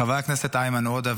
חבר הכנסת איימן עודה,